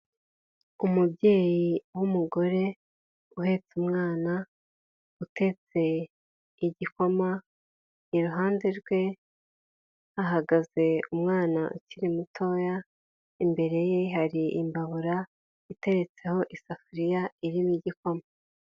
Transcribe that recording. Umubyeyi w'umugore uhetse umwana, utetse igikoma, iruhande rwe hahagaze umwana ukiri mutoya, imbere ye hari imbabura iteretseho isafuriya irimo igikoma.